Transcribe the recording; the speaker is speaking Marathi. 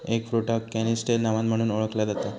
एगफ्रुटाक कॅनिस्टेल नावान म्हणुन ओळखला जाता